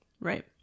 Right